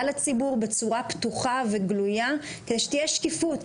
הציבור בצורה פתוחה וגלויה כדי שתהיה שקיפות,